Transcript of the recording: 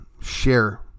share